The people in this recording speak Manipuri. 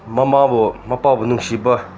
ꯃꯃꯥꯕꯨ ꯃꯄꯥꯕꯨ ꯅꯨꯡꯁꯤꯕ